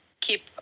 keep